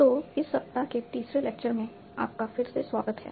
तो इस सप्ताह के तीसरे लेक्चर में आपका फिर से स्वागत है